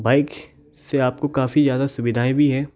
bike से आप को काफ़ी ज़्यादा सुविधाएं भी हैं